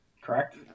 Correct